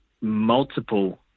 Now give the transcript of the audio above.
multiple